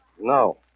No